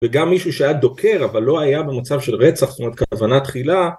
וגם מישהו שהיה דוקר, אבל לא היה במצב של רצח, זאת אומרת, כוונה תחילה.